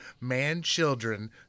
man-children